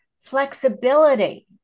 flexibility